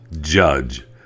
judge